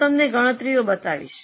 હું તમને ગણતરીઓ બતાવીશ